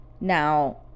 Now